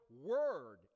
word